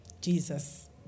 Jesus